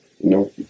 No